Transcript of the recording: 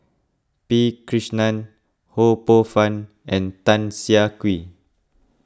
P Krishnan Ho Poh Fun and Tan Siah Kwee